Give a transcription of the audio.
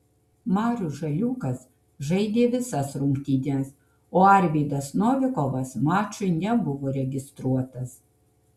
marius žaliūkas žaidė visas rungtynes o arvydas novikovas mačui nebuvo registruotas